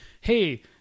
hey